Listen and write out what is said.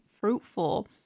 fruitful